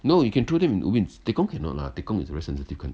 no you can throw them in ubin tekong cannot lah tekong is a very sensitive isl~